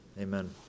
Amen